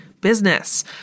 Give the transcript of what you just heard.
business